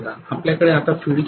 आपल्याकडे आता फील्ड चालू आहे Ifl